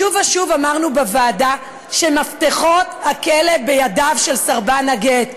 שוב ושוב אמרנו בוועדה שמפתחות הכלא בידיו של סרבן הגט.